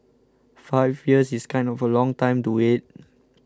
five years is kind of a long time to wait